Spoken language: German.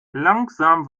langsam